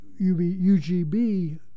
UGB